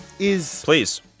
Please